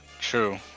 True